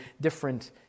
different